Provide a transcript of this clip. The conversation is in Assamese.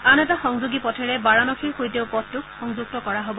আন এটা সংযোগী পথেৰে বাৰানসীৰ সৈতেও পথটোক সংযুক্ত কৰা হ'ব